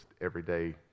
everyday